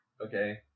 okay